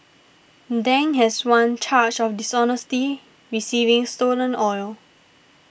Dang has one charge of dishonestly receiving stolen oil